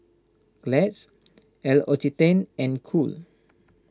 Glad L'Occitane and Cool